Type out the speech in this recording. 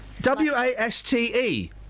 W-A-S-T-E